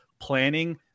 planning